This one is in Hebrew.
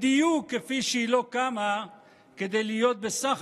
בדיוק כפי שהיא לא קמה כדי להיות בסך